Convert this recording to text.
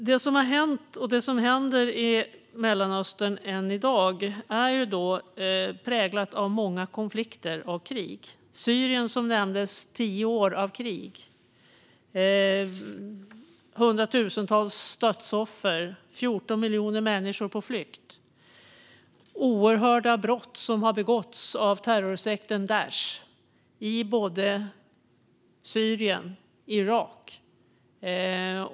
Det som har hänt i Mellanöstern och händer än i dag är präglat av många konflikter och krig. Syrien har som nämndes haft tio år av krig. Det har krävts hundratusentals dödsoffer. 14 miljoner människor är på flykt. Oerhörda brott har begåtts av terrorsekten Daish i både Syrien och Irak.